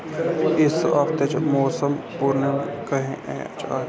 इस हफ्ते दा मौसम पूर्वानुमान केह् ऐ